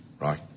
Right